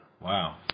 Wow